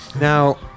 Now